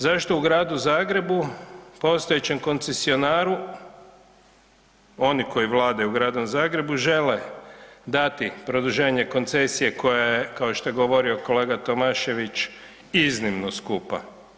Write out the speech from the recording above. Zašto u Gradu Zagrebu postojećem koncesionaru, oni koji vladaju u Gradu Zagrebu žele dati produženje koncesije koja je kao što je govorio kolega Tomašević, iznimno skupa.